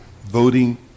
voting